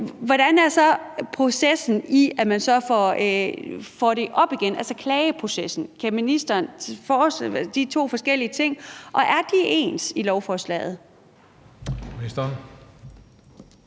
Hvordan er så processen, når man skal have det op igen, altså klageprocessen? Kan ministeren forestille sig de to forskellige ting, og er de ens i lovforslaget?